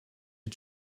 est